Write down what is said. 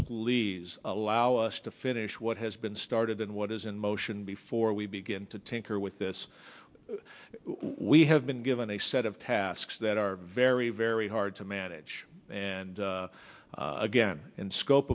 leave allow us to finish what has been started and what is in motion before we begin to tinker with this we have been given a set of tasks that are very very hard to manage and again in scope